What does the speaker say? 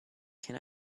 can